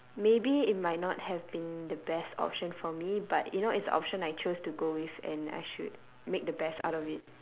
maybe it might not have been the best option for me but you know it's the option I chose to go with and I should make the best out of it